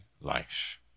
life